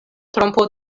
trompo